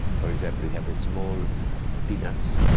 for example, you have the small peanuts,